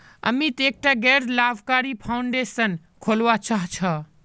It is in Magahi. अमित एकटा गैर लाभकारी फाउंडेशन खोलवा चाह छ